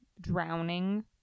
drowning